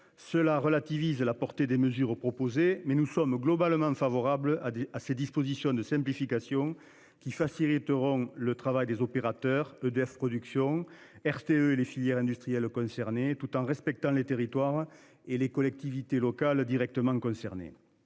Cela relativise la portée des mesures proposées, mais nous sommes globalement favorable à des, à ces dispositions de simplification qui faciliteront le travail des opérateurs EDF production RTE et les filières industrielles concernées, tout en respectant les territoires et les collectivités locales directement concernées.